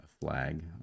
flag